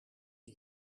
die